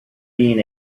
been